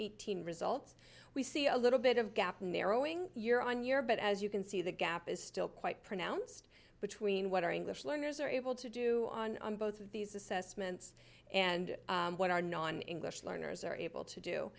eighteen results we see a little bit of gap narrowing year on year but as you can see the gap is still quite pronounced between what our english learners are able to do on on both of these assessments and what our non english learners are able to